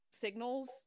signals